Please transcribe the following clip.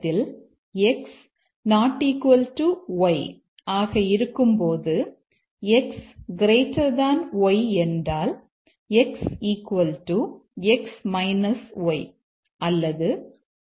y ஆக இருக்கும்போது x y என்றால் x x y அல்லது y y x